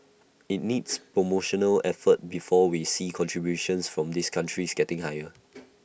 IT needs promotional effort before we see contributions from these countries getting higher